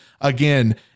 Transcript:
Again